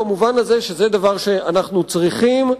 במובן הזה שזה דבר שאנחנו צריכים,